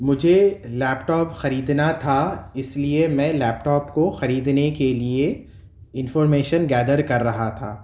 مجھے laptop خریدنا تھا اس لیے میں لیپ ٹاپ کو خریدنے کے لیے انفارمیشن گیدر کر رہا تھا